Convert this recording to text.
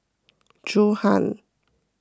Johan